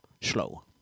slow